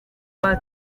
rwa